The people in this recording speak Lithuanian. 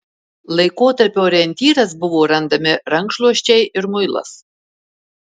laikotarpio orientyras buvo randami rankšluosčiai ir muilas